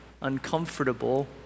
uncomfortable